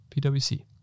PwC